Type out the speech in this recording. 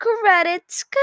credits